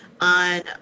on